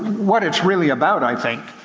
what it's really about i think,